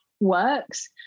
works